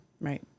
Right